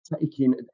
taking